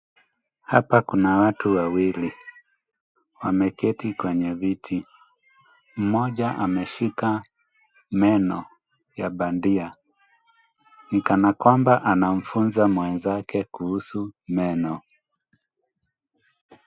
Hapa kuna watu wawili, wameketi kwenye viti, mmoja ameshika meno ya bandia, ni kana kwamba anamfunza mwenzake kuhusu meno.